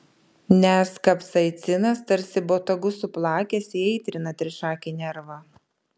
nes kapsaicinas tarsi botagu suplakęs įaitrina trišakį nervą